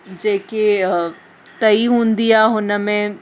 जेके तई हूंदी आहे हुन में